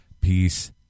peace